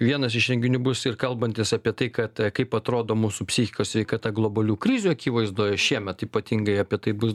vienas iš renginių bus ir kalbantis apie tai kad kaip atrodo mūsų psichikos sveikata globalių krizių akivaizdoje šiemet ypatingai apie tai bus